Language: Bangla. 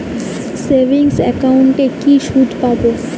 সেভিংস একাউন্টে কি সুদ পাব?